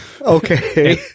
Okay